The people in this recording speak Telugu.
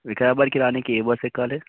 వికారాబాదుకి రావడానికి ఏ బస్సు ఎక్కాలి